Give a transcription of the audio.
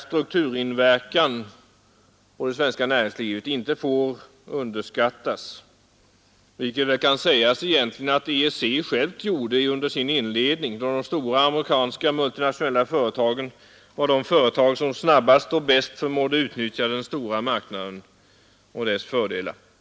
Strukturpåverkan på det svenska näringslivet får inte underskattas, vilket väl kan sägas att EEC gjorde under sin inledning, då de amerikanska multinationella företagen var de företag som snabbast och bäst förmådde utnyttja den stora marknaden och dess fördelar.